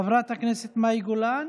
חברת הכנסת מאי גולן,